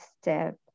step